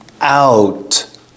out